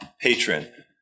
patron